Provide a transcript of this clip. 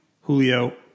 Julio